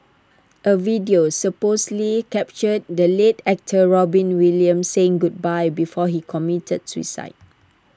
A video supposedly captured the late actor Robin Williams saying goodbye before he committed suicide